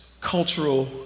Cultural